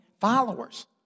followers